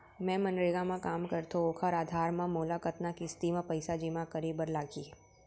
मैं मनरेगा म काम करथो, ओखर आधार म मोला कतना किस्ती म पइसा जेमा करे बर लागही?